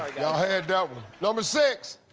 y'all had that one. number six.